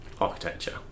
architecture